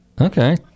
Okay